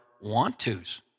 want-to's